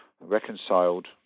reconciled